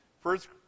first